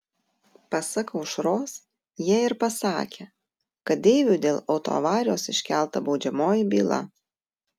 pasak aušros jie ir pasakę kad deiviui dėl autoavarijos iškelta baudžiamoji byla